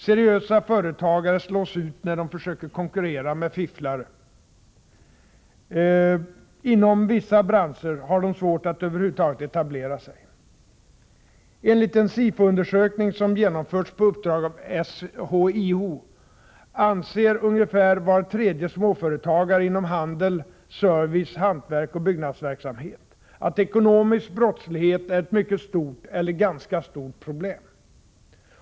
Seriösa företagare slås ut när de försöker konkurrera med fifflare. Inom vissa branscher har de svårt att över huvud taget etablera sig. Enligt en SIFO-undersökning som genomförts på uppdrag av SHIO anser ungefär var tredje småföretagare inom handel, service, hantverk och byggnadsverksamhet att ekonomisk brottslighet är ett mycket stort eller ganska stort problem.